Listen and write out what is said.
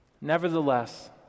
nevertheless